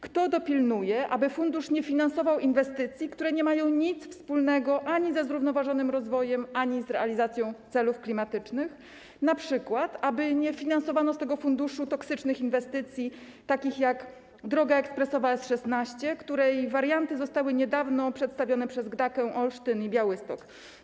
Kto dopilnuje, aby fundusz nie finansował inwestycji, które nie mają nic wspólnego ani ze zrównoważonym rozwojem, ani z realizacją celów klimatycznych, np. aby nie finansowano z tego funduszu toksycznych inwestycji, takich jak droga ekspresowa S16, której warianty zostały niedawno przedstawione przez GDDKiA Olsztyn i Białystok?